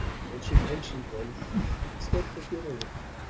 and when she mentioned him she spoke forgivingly,